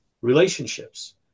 relationships